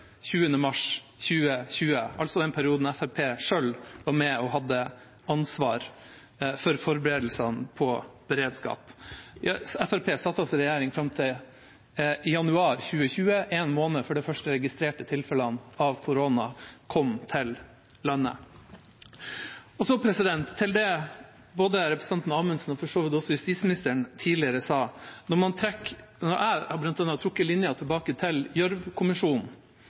mars 2020, altså den perioden Fremskrittspartiet selv var med og hadde ansvar for å forberede beredskap. Fremskrittspartiet satt altså i regjering fram til januar 2020, en måned før de første registrerte tilfellene av korona kom til landet. Så til det som både representanten Amundsen og for så vidt også justisministeren tidligere sa: Når jeg, bl.a., har trukket linjene tilbake til